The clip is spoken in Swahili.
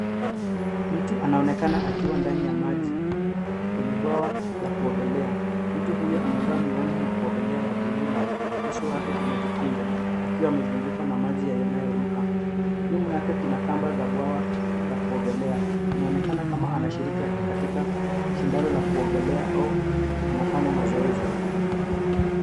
Mtu anaonekana akiwa ndani ya maji, kwenye bwawa la kuogelea, mtu huyu amevaa miwani ya kuogelea ya bluu, na uso wake umejikunja, akiwa amezungukwa na maji yanayoruka, nyuma yake kuna kamba za bwawa la kuogelea, inaonekana kama anashiriki katika shindano la kuogelea, au anafanya mazoezi.